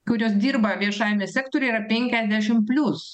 kurios dirba viešajame sektoriuje yra penkiasdešim plius